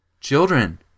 children